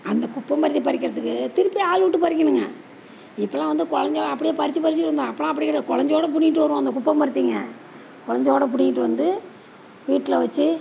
அந்த குப்பம் பருத்தியை பறிக்கிறதுக்கு திருப்பி ஆள்விட்டு பறிக்கணுங்க இப்போல்லாம் வந்து கொலஞ்சையோடு அப்படியே பறித்து பறித்து இருந்தோம் அப்போல்லாம் அப்படி கிடையாது கொலஞ்சையோ பிடுங்கிட்டு வருவோம் அந்த குப்பம் பருத்திங்க கொலஞ்சையோடு பிடுங்கிட்டு வந்து வீட்டில் வச்சு